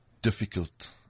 Difficult